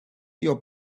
your